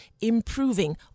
improving